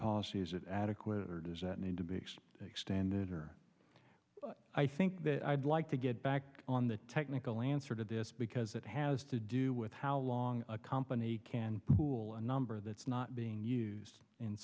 policy is it adequate or does that need to be extended or i think i'd like to get back on the technical answer to this because it has to do with how long a company can pool a number that's not being used in